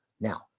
Now